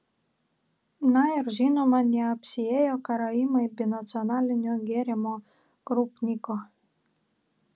na ir žinoma neapsiėjo karaimai be nacionalinio gėrimo krupniko